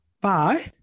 Bye